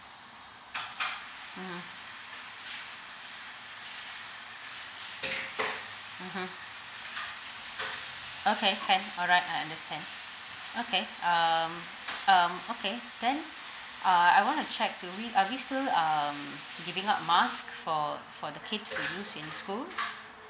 mmhmm okay can alright I understand okay um um okay then uh I want to check do we are we still um giving out mask for for the kids to use in the school